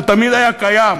הוא תמיד היה קיים.